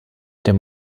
der